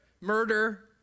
murder